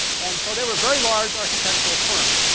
and so they were a very large architectural firm.